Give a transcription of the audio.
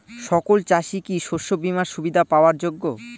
সকল চাষি কি শস্য বিমার সুবিধা পাওয়ার যোগ্য?